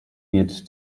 wird